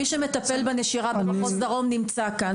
מי שמטפל בנושא הנשירה במחוז דרום נמצא כאן.